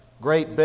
Great